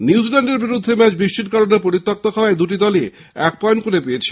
নিউজিল্যান্ডের বিরুদ্ধে ম্যাচ বৃষ্টির কারণে পরিত্যাক্ত হওয়ায় দুই দলই এক পয়েন্ট করে পেয়েছে